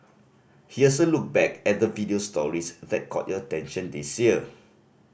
here's a look back at the video stories that caught your attention this year